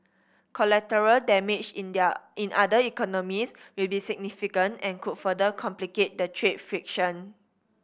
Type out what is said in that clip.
collateral damage in their in other economies will be significant and could further complicate the trade friction